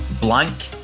Blank